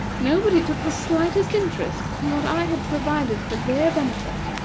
nobody took the slightest interest in what i had provided for their benefit.